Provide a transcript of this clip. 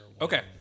Okay